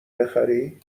بخری